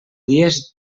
dies